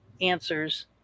answers